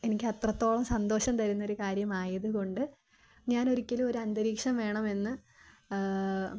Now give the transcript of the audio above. എനിക്കത്രത്തോളം സന്തോഷം തരുന്നൊരു കാര്യമായതു കൊണ്ട് ഞാനൊരിക്കലുമൊരന്തരീക്ഷം വേണമെന്ന്